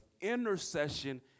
intercession